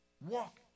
walk